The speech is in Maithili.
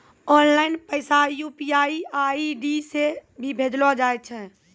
ऑनलाइन पैसा यू.पी.आई आई.डी से भी भेजलो जाय छै